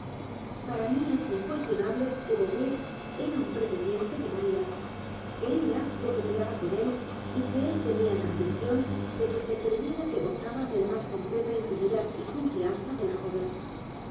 para mí es incuestionable que beauvais era un pretendiente de maría que ella coqueteaba con él y que él tenía la ambición de que se creyera que gozaba de la más completa intimidad y confianza de la joven